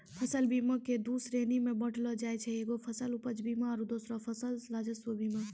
फसल बीमा के दु श्रेणी मे बाँटलो जाय छै एगो फसल उपज बीमा आरु दोसरो फसल राजस्व बीमा